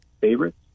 favorites